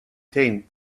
tent